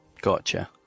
gotcha